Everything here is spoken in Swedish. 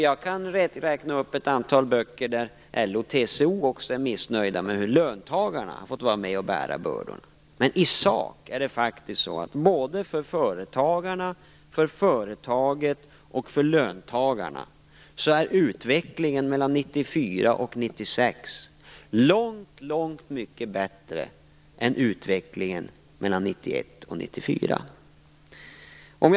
Jag kan räkna upp ett antal böcker där LO och TCO är missnöjda med hur löntagarna har fått vara med och bära bördorna. Men i sak är det faktiskt så att både för företagarna, för företaget och för löntagarna är utvecklingen mellan 1994 och 1996 långt mycket bättre än utvecklingen mellan 1991 och 1994.